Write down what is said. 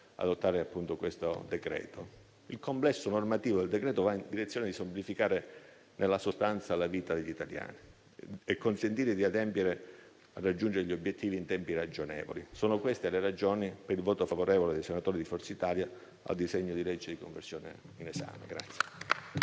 adottare questo decreto. Il complesso normativo del decreto va in direzione di semplificare nella sostanza la vita degli italiani e consentirà di raggiungere gli obiettivi in tempi ragionevoli. Sono queste le ragioni del voto favorevole dei senatori di Forza Italia al disegno di legge di conversione in esame.